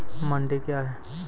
मंडी क्या हैं?